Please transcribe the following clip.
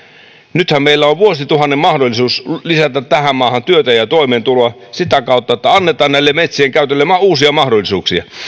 nythän meillä on vuosituhannen mahdollisuus lisätä tähän maahan työtä ja toimeentuloa sitä kautta että annetaan metsien käytölle uusia mahdollisuuksia